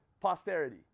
posterity